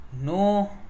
No